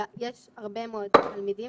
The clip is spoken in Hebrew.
ויש הרבה מאוד תלמידים